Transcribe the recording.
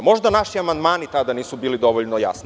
Možda naši amandmani tada nisu bili dovoljno jasni.